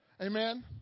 Amen